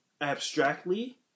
abstractly